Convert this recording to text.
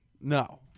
no